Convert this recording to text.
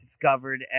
discovered